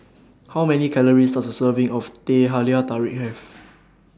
How Many Calories Does A Serving of Teh Halia Tarik Have